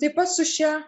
taip pat su šia